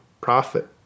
profit